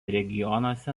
regionuose